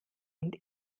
und